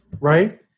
Right